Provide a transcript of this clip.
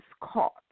caught